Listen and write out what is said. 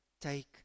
take